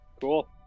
cool